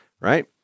right